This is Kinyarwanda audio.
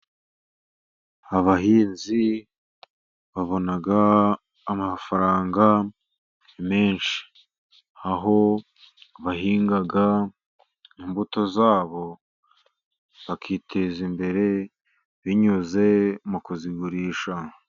Abahinzi babona amafaranga menshi, aho bahinga imbuto zabo bakiteza imbere binyuze mu kuzigurisha.